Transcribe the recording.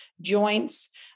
joints